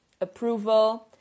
approval